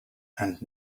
and